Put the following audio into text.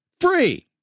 Free